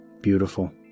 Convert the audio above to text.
beautiful